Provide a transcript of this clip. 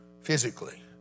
physically